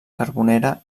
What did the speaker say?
carbonera